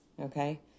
okay